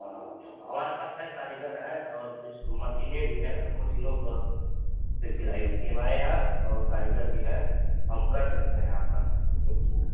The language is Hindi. हाँ हाँ हमारे पास हैं कारीगर हैं और कुछ मसीनें भी हैं मसीनों पर पे सिलाई होती है हमारे यहाँ और कारीगर भी हैं हम कर सकते हैं आपका